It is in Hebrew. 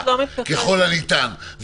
ככל הניתן,